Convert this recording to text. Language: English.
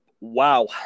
Wow